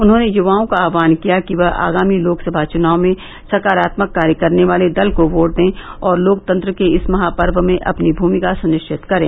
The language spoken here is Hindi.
उन्होंने युवाओं का आह्वान किया कि वह आगामी लोकसभा चुनाव में सकारात्मक कार्य करने वाले दल को वोट दें और लोकतंत्र के इस महापर्व में अपनी भूमिका सुनिश्चित करें